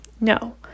No